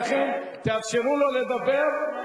לכן תאפשרו לו לדבר.